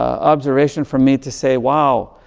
observation for me to say, wow,